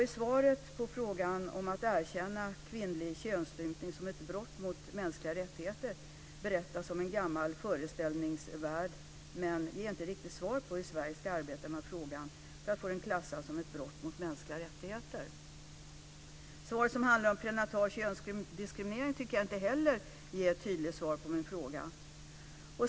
I svaret på frågan om att erkänna kvinnlig könsstympning som ett brott mot mänskliga rättigheter berättas om en gammal föreställningsvärld, men det är inte direkt något svar på hur Sverige ska arbeta med frågan för att få det klassat som ett brott mot mänskliga rättigheter. Jag tycker inte heller att svaret på frågan om prenatal könsdiskriminering är ett tydligt svar på min fråga.